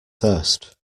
thirst